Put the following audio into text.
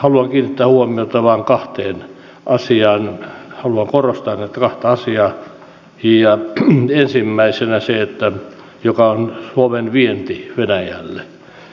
alunkin tauon myötä maan kahteen asiaan halua korostaa että tanssia ja ensimmäisen esinettä joka on suomen vienti venäjälle